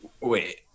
wait